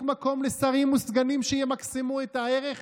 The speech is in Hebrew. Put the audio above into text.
מקום לשרים וסגנים שימקסמו את הערך?